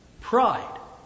Pride